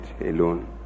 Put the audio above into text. alone